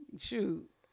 Shoot